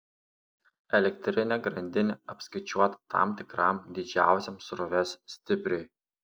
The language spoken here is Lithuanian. elektrinė grandinė apskaičiuota tam tikram didžiausiam srovės stipriui